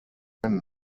when